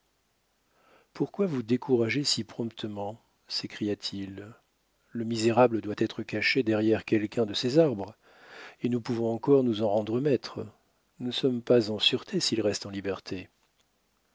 pourquoi vous décourager si promptement s'écria-t-il le misérable doit être caché derrière quelqu'un de ces arbres et nous pouvons encore nous en rendre maîtres nous ne sommes pas en sûreté s'il reste en liberté